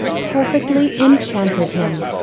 perfectly enchanted him.